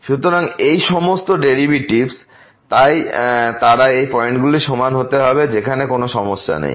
সুতরাং এই সমস্ত ডেরিভেটিভস তাই তারা এই পয়েন্টগুলিতে সমান হতে হবে যেখানে কোন সমস্যা নেই